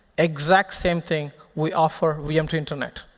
exact same thing we offer vm to internet.